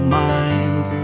mind